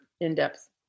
in-depth